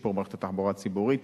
שיפור מערכת התחבורה הציבורית